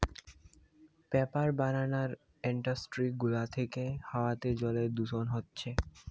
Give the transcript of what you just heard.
paper বানানার industry গুলা থিকে হাওয়াতে জলে দূষণ হচ্ছে